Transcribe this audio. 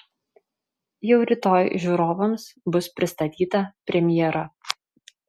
jau rytoj žiūrovams bus pristatyta premjera